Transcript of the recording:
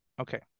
Okay